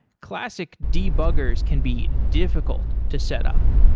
classic debuggers can be difficult to set up,